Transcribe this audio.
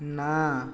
ନା